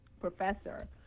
professor